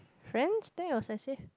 friends